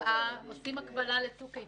אני חושב שהוא צריך להבין את ההשפעה הוויזואלית.